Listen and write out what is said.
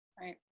right